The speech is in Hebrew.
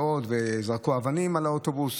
וזרקו אבנים על האוטובוס.